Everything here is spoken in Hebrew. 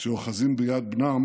שאוחזים ביד בנם